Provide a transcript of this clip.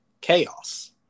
chaos